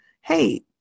hey